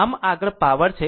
આમ આગળ પાવર છે